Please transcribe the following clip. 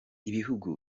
ibihugu